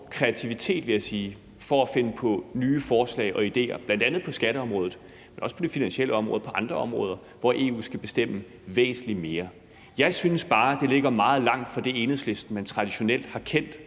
i forhold til at finde på nye forslag og idéer, bl.a. på skatteområdet, men også på det finansielle område og på andre områder, hvor EU skal bestemme væsentligt mere. Jeg synes bare, det ligger meget langt fra det Enhedslisten, man traditionelt har kendt,